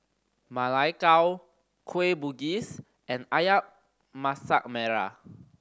Ma Lai Gao Kueh Bugis and Ayam Masak Merah